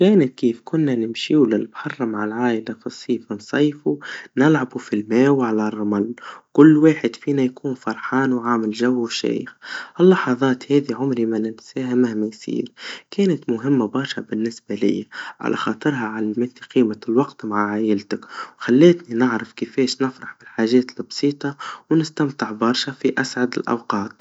كانت كيف كنا نمشيوا للبحر مع العايلا في الصيف, نصيفوا نلعبوا في الما وعلى الرمل, كل واحد فينا يكون فرحان وعامل جو وشايخ, اللحظات هذي عمري ما ننساها مهما يصير, كانت مهما برشا بالنسبا ليا, على خاطرها علمتني قيمة الوقت مع عايلتك, خليتني نعرف كيفاش نفرح بالحاجات البسيطا, ونستمتع برشا في أسعد الأوقات.